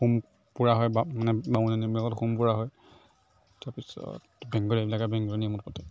home পুৰা হয় বা মানে বামুণীয়া নিয়মবিলাকত হোম পুৰা হয় তাৰ পিছত বেংগলীবিলাকে বেংগলী নিয়মত পাতে